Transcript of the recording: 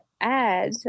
add